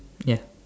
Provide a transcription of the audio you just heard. yes